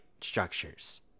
structures